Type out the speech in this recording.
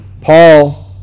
Paul